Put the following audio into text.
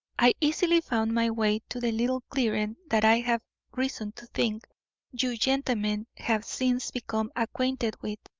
i easily found my way to the little clearing that i have reason to think you gentlemen have since become acquainted with.